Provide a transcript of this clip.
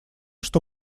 что